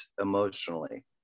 emotionally